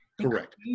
Correct